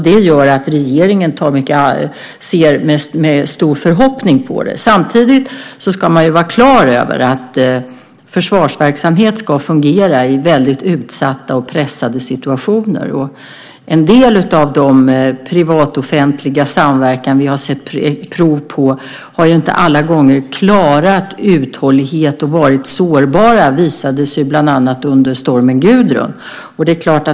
Det gör att regeringen ser med stor förhoppning på det. Samtidigt ska man vara klar över att försvarsverksamhet ska fungera i utsatta och pressade situationer. En del av den privat-offentliga samverkan vi har sett prov på har inte alla gånger klarat uthålligheten utan varit sårbar. Det visade sig bland annat under stormen Gudrun.